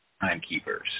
timekeepers